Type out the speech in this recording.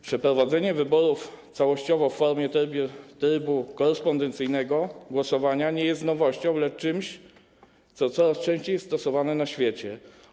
Przeprowadzenie wyborów całościowo w formie trybu korespondencyjnego głosowania nie jest nowością, lecz jest czymś, co coraz częściej jest stosowane na świecie.